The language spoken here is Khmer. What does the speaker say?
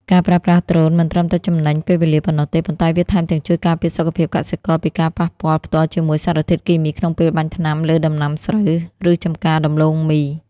ការប្រើប្រាស់ដ្រូនមិនត្រឹមតែចំណេញពេលវេលាប៉ុណ្ណោះទេ ប៉ុន្តែវាថែមទាំងជួយការពារសុខភាពកសិករពីការប៉ះពាល់ផ្ទាល់ជាមួយសារធាតុគីមីក្នុងពេលបាញ់ថ្នាំលើដំណាំស្រូវ ឬចម្ការដំឡូងមី។